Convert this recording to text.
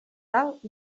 dalt